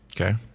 Okay